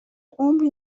عمری